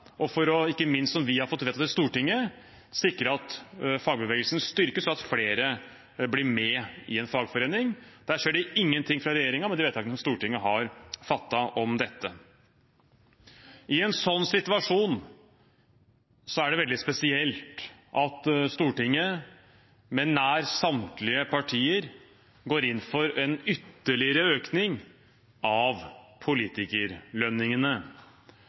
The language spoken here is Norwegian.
dumping, som regjeringen ikke gjør noe som helst for å stanse, eller – som vi har fått vedtatt i Stortinget – sikre at fagbevegelsen styrkes, slik at flere blir med i en fagforening. Det skjer ingenting fra regjeringens side med de vedtakene Stortinget har fattet om dette. I en sånn situasjon er det veldig spesielt at Stortinget med nær samtlige partier går inn for en ytterligere økning av politikerlønningene.